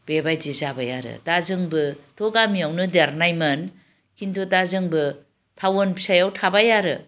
बेबायदि जाबाय आरो दा जोंबोथ' गामियावनो देरनायमोन किन्तु दा जोंबो टाउन फिसायाव थाबाय आरो